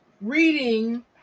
reading